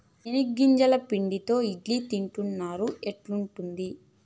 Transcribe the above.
చెనిగ్గింజల పొడితో ఇడ్లీ తింటున్నారా, ఎట్లుంది